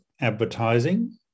advertising